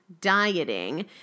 dieting